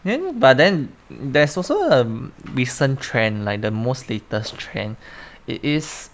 then but then there's also a recent trend like the most latest trend is